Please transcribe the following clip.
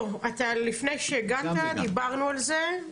לא, לפני שהגעת דיברנו על זה.